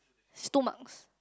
two marks